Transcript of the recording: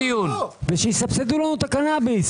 הישיבה ננעלה בשעה 12:40.